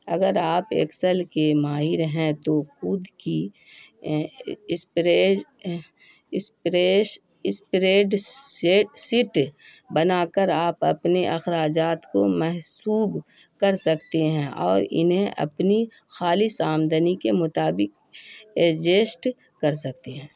اگر آپ ایکسل کے ماہر ہیں تو خود کی اسپریڈ شٹ بنا کر آپ اپنے اخراجات کو محسوب کر سکتے ہیں اور انہیں اپنی خالص آمدنی کے مطابق ایڈجسٹ کر سکتے ہیں